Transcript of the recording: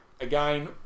Again